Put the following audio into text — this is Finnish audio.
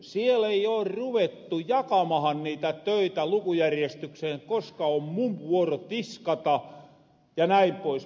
siel ei oo ruvettu jakamahan niitä töitä lukujärjestykseen koska on mun vuoro tiskata jnp